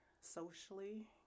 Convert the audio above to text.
socially